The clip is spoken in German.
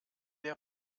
der